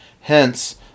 Hence